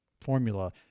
formula